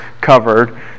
covered